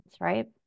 right